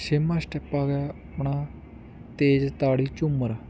ਛੇਵਾਂ ਸਟੈਪ ਆ ਗਿਆ ਆਪਣਾ ਤੇਜ਼ ਤਾੜੀ ਝੂੰਮਰ